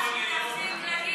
שטח כבוש לא יכול